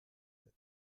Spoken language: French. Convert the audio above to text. sept